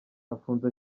afunze